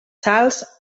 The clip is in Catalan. sals